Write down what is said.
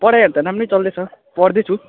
पढाइहरू त राम्रो चल्दैछ पढ्दैछु